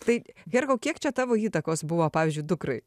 tai herkau kiek čia tavo įtakos buvo pavyzdžiui dukrai